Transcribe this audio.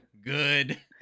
Good